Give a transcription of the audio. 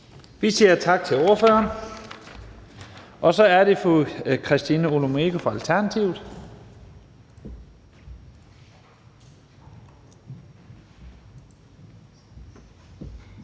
Vi siger tak til ordføreren. Så er det fru Christina Olumeko fra Alternativet.